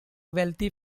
wealthy